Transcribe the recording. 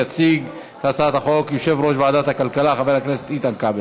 יציג את הצעת החוק יושב-ראש ועדת הכלכלה חבר הכנסת איתן כבל.